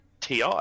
Ti